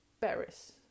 Paris